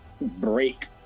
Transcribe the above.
break